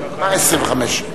מה 25?